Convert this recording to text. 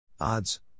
Odds